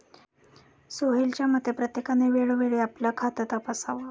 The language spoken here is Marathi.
सोहेलच्या मते, प्रत्येकाने वेळोवेळी आपलं खातं तपासावं